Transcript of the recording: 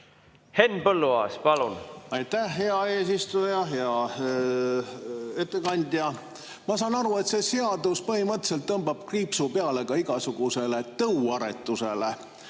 Henn Põlluaas, palun! Aitäh, hea eesistuja! Hea ettekandja! Ma saan aru, et see seadus põhimõtteliselt tõmbab kriipsu peale ka igasugusele tõuaretusele,